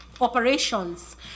operations